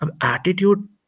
Attitude